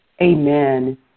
Amen